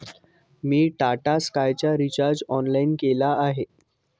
मी टाटा स्कायचा recharge online केला आहे